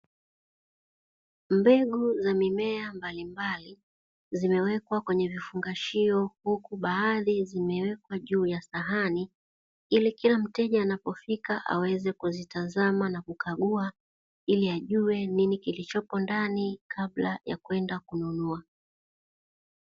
Mbegu za mimea mbalimbali zimewekwa kwenye vifungashio huku baadhi zimewekwa juu ya sahani ili kila mteja anapofika aweze kuzitazama na kukagua ili ajue nini kilichopo ndani kabla ya kwenda kununua.